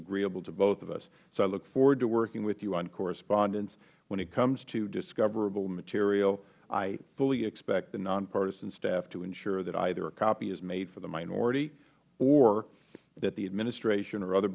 agreeable to both of us so i look forward to working with you on correspondence when it comes to discoverable material i fully expect the nonpartisan staff to ensure that either a copy is made for the minority or that the administration or other